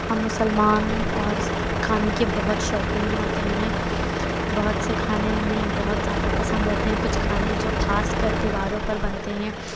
ہم مسلمان اور کھانے کے بہت شوقین ہوتے ہیں بہت سے کھانے ہمیں بہت زیادہ پسند ہوتے ہیں کچھ کھانے جو خاص کر تہواروں پر بنتے ہیں